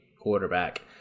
quarterback